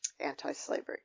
anti-slavery